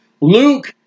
Luke